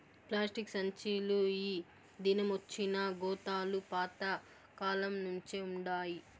plastic సంచీలు ఈ దినమొచ్చినా గోతాలు పాత కాలంనుంచే వుండాయి